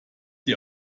die